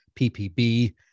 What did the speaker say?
ppb